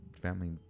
family